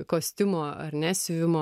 kostiumo ar ne siuvimo